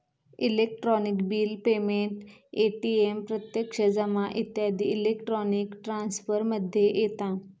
electronic bill payment, ATM प्रत्यक्ष जमा इत्यादी इलेक्ट्रॉनिक ट्रांसफर मध्ये येता